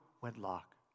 wedlock